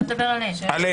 אתה מדבר עליהם.